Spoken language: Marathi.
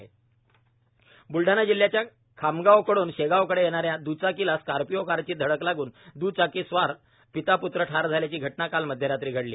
अपघात ब्लडाणा बलडाणा जिल्ह्याच्या खामगावकड़न शेगावकडे येणाऱ्या दचाकीला स्कार्पियो कारची धडक लागून दुचाकीस्वार पिता पृत्र ठार झाल्याची घटना काल मध्यरात्री घडली